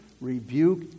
rebuke